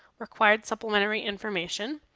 required supplementary information,